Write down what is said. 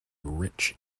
rich